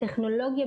שלטכנולוגיה,